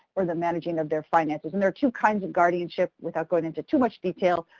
or the managing of their finances. and there are two kinds of guardianships. without going into too much detail,